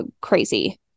crazy